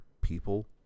people